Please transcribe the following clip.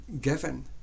given